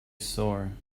sore